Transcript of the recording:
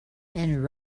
and